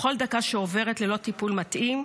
בכל דקה שעוברת ללא טיפול מתאים,